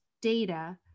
data